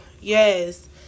Yes